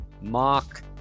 mock